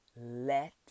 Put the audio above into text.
let